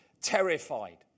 terrified